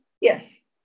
yes